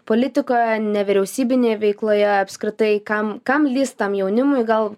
politikoje nevyriausybinėje veikloje apskritai kam kam lįst tam jaunimui gal